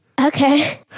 Okay